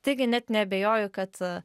taigi net neabejoju kad